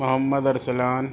Muhammad Arsalan